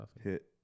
Hit